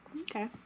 Okay